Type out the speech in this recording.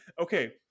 okay